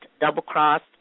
double-crossed